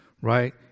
right